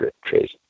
crazy